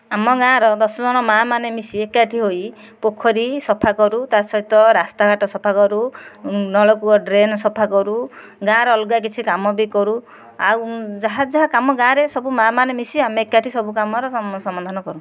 ଆମ ଗାଁର ଦଶଜଣ ମାଆ ମାନେ ମିଶି ଏକାଠି ହୋଇ ପୋଖରୀ ସଫା କରୁ ତାସହିତ ରାସ୍ତାଘାଟ ସଫାକରୁ ନଳକୂଅ ଡ୍ରେନ ସଫା କରୁ ଗାଁର ଅଲଗା କିଛି କାମ ବି କରୁ ଆଉ ଯାହା ଯାହା କାମ ଗାଁରେ ସବୁ ମାଆ ମାନେ ମିଶି ଆମେ ଏକାଠି ସବୁ କାମରେ ସମାଧାନ କରୁ